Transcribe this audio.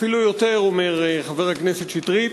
אפילו יותר, אומר חבר הכנסת שטרית.